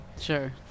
Sure